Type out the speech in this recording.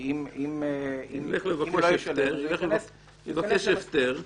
כי אם הוא לא ישלם -- הוא יבקש הפטר.